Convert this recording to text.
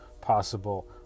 possible